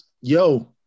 Yo